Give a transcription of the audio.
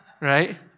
Right